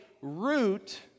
root